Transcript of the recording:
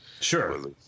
Sure